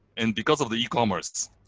and because of the e-commerce,